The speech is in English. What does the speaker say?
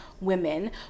women